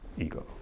ego